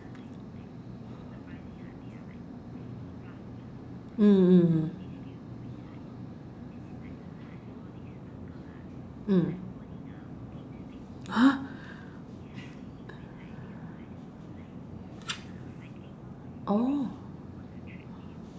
mm mm mm mm !huh! oh